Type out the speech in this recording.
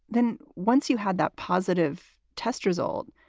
then once you had that positive test result,